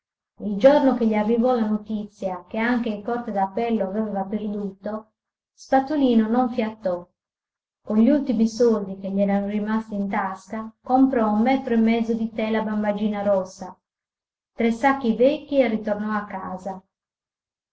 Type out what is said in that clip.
il giorno che gli arrivò la notizia che anche in corte d'appello aveva perduto spatolino non fiatò con gli ultimi soldi che gli erano rimasti in tasca comprò un metro e mezzo di tela bambagina rossa tre sacchi vecchi e ritornò a casa